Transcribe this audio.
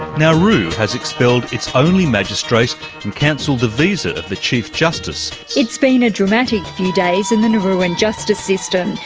nauru has expelled its only magistrate and cancelled the visa of the chief justice. it's been a dramatic few days in the nauruan and justice system.